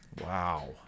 Wow